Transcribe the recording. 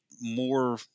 more